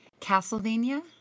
castlevania